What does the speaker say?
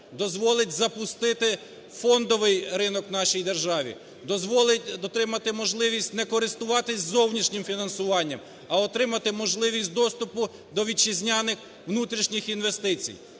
дозволить запустити фондовий ринок у нашій державі, дозволить отримати можливість не користуватися зовнішнім фінансування, а отримати можливість доступу до вітчизняних внутрішніх інвестицій.